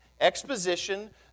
exposition